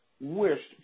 wished